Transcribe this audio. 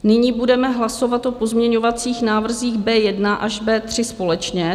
Nyní budeme hlasovat o pozměňovacích návrzích B1 až B3 společně.